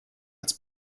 als